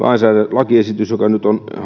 lakiesitys jonka nyt on